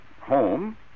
home